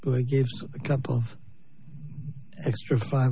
going to give a couple of extra f